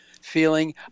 feeling